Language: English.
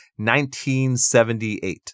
1978